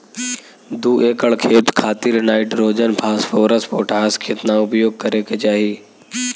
दू एकड़ खेत खातिर नाइट्रोजन फास्फोरस पोटाश केतना उपयोग करे के चाहीं?